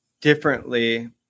differently